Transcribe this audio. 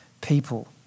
people